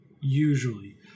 usually